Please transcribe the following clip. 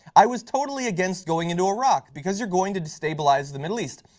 i was totally against going into iraq. because you're going to destabilize the middle east.